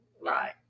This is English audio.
Right